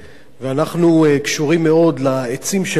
ואנחנו קשורים מאוד לעצים שלנו,